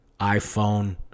iPhone